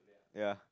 ya